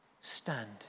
stand